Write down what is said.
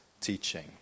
teaching